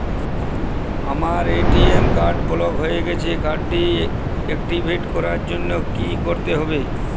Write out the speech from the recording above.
আমার ATM card block হয়ে গেছে কার্ড টি একটিভ করার জন্যে কি করতে হবে?